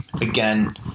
Again